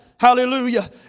Hallelujah